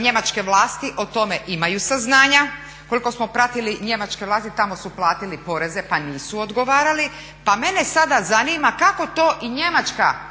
njemačke vlasti o tome imaju saznanja. Koliko smo pratili njemačke vlasti tamo su platili poreze pa nisu odgovarali, pa mene sada zanima kako to i njemačka